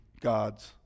God's